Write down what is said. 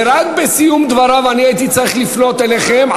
ורק בסיום דבריו אני הייתי צריך לפנות אליכם,